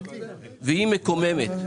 זאת הצעה מקוממת.